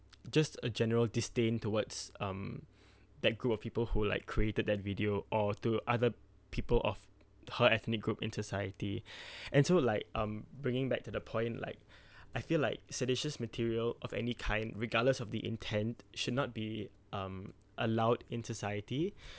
just a general disdain towards um that group of people who like created that video or to other people of her ethnic group in society and so like um bringing back to the point like I feel like seditious material of any kind regardless of the intent should not be um allowed in society